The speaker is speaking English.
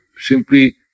simply